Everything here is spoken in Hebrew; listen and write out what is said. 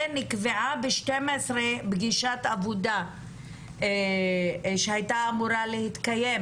נקבעה ב-12:00 פגישת עבודה שהייתה אמורה להתקיים